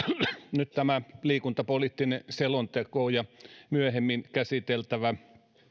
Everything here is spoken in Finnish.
nyt tämä liikuntapoliittinen selonteko ja myöhemmin käsiteltävä